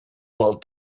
will